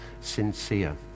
sincere